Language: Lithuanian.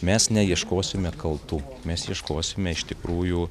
mes neieškosime kaltų mes išklosime iš tikrųjų